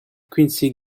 quincy